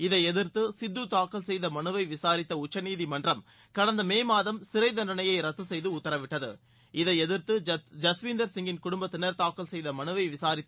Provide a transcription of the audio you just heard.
இதை எதிர்த்து சித்து தாக்கல் செய்த மனுவை விசாரித்த உச்சநீதிமன்றம் கடந்த மே மாதம் சிறை தண்டனையை ரத்து செய்து உத்தரவிட்டது இதை எதிர்த்து ஐஸ்வீந்தர் சிங்கின் குடும்பத்தினர் தாக்கல் செய்த மனுவை விசாரித்த